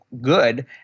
good